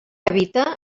habita